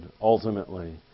ultimately